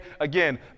again